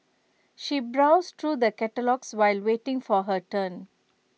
she browsed through the catalogues while waiting for her turn